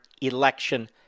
election